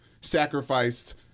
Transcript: sacrificed